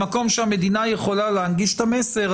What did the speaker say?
במקום שהמדינה יכולה להנגיש את המסר,